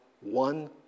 one